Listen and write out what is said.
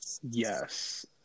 Yes